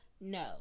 No